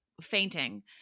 fainting